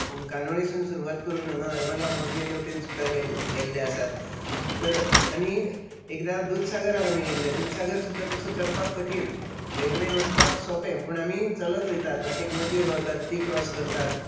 कानोळेसून सुरवात करून हांगा हर्मला मोरजे तेवटेन सुद्दां गेल्ल गेल्ले आसात तर आनी एकदां दुदसागरार आमी गेल्ले दुदसागर सुद्दां तसो चडपाक कठीण रेल्वेन वचपाक सोंपें पूण आमी चलत वयतात वाटेक नदयो गावतात तीं क्रॉस करतात